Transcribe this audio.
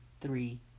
three